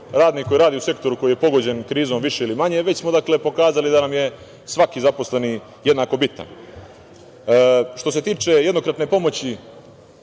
radnik koji radi u sektoru koji je pogođen krizom više ili manje, već smo pokazali da nam je svaki zaposleni jednako bitan. Što se tiče jednokratne pomoći,